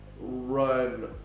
run